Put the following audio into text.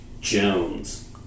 Jones